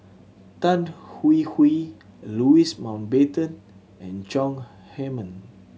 Tan Hwee Hwee Louis Mountbatten and Chong Heman